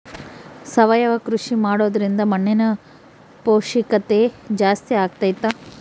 ಸಾವಯವ ಕೃಷಿ ಮಾಡೋದ್ರಿಂದ ಮಣ್ಣಿನ ಪೌಷ್ಠಿಕತೆ ಜಾಸ್ತಿ ಆಗ್ತೈತಾ?